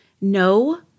No